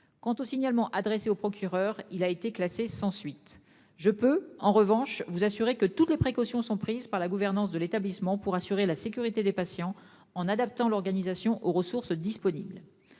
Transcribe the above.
Quant au signalement adressé au procureur, il a été classée sans suite. Je peux en revanche vous assurer que toutes les précautions sont prises par la gouvernance de l'établissement pour assurer la sécurité des patients en adaptant l'organisation aux ressources disponibles